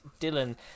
Dylan